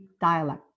dialect